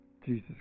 Jesus